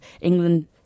England